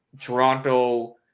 Toronto